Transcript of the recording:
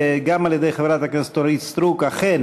גם על-ידי חברת הכנסת אורית סטרוק: אכן